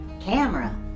camera